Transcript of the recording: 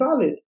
valid